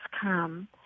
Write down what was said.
come